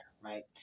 Right